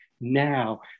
now